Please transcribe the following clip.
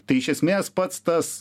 tai iš esmės pats tas